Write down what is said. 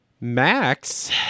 Max